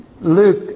Luke